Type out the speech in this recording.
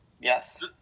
Yes